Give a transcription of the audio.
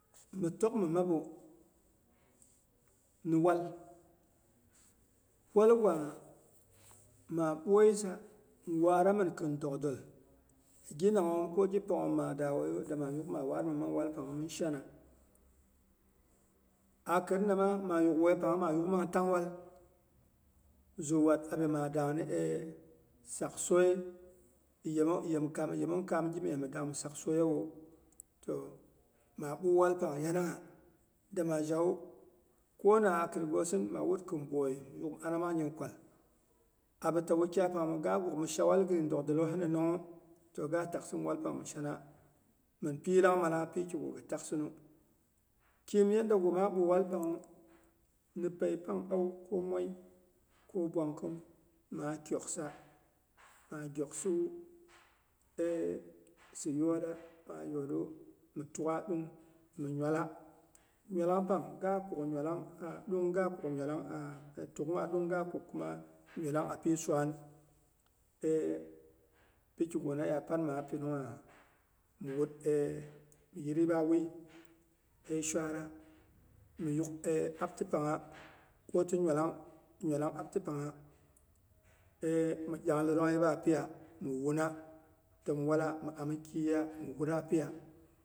Mi tok mimabu ni wal, walgwa maa bwoisa mi waramin kɨn dogdel, gi nanghom ko ghi panghom maa da wueiya mayuk maa warmin mang walpang min shana. Akinama ma yuk wueipangnwu, maa yk mang tangwal zuwat abi maada ni sak soi yemong, yemkaam, yemong kaam gimyes mi dang mi sak soiyawu, toh maa boh wel pang yanangha, da ma zhawu, kona a khiri gosin maa wut kɨn boi mi yuk mi ana mangnyin kwal. Abida wukyai pang ga guk mi shawal gin dogdildine nonghewu, toh ga taksin walpang mi shana, minpi yilangmala pikigu gɨ taksinu. kɨim yaddagu maa bwo walpangnwu, ni pei pang au ko mwoi ko ɓwangkim, maa kyoksa, maa gyok sawu, esiyooda pangha yoodu, mitukga 3ung, mi nyuala. Nyualang pang ga kuk nyaualang, a 3ungi, ga kuk nyualang yir yiɓa wui hei swara miyuk e abti pangha, koti nyualang apti pangha mi dyang lorong yiba piya mi wuna təm wala mi wur khiya a piya.